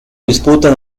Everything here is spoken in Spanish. disputan